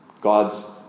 God's